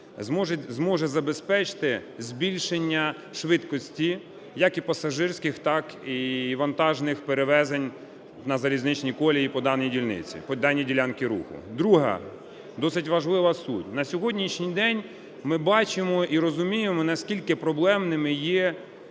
зможе забезпечити збільшення швидкості як пасажирських, так і вантажних перевезень на залізничні колії по даній дільниці, по даній ділянці руху. Друга досить важлива суть. На сьогоднішній день ми бачимо і розуміємо, наскільки проблемними є